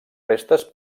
restes